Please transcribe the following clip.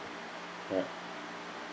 ya